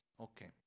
Okay